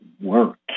work